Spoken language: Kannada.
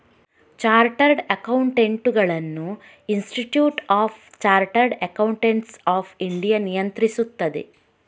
ಚಾರ್ಟರ್ಡ್ ಅಕೌಂಟೆಂಟುಗಳನ್ನು institute of chartered accountants of India ನಿಯಂತ್ರಿಸುತ್ತದೆ